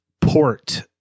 port